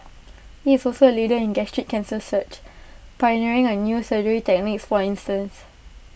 he is also A leader in gastric cancer search pioneering A new surgery techniques for instance